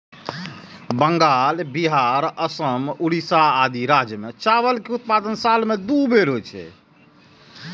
बंगाल, बिहार, असम, ओड़िशा आदि राज्य मे चावल के उत्पादन साल मे दू बेर होइ छै